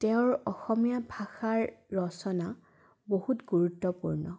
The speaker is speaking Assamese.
তেওঁৰ অসমীয়া ভাষাৰ ৰচনা বহুত গুৰুত্বপূৰ্ণ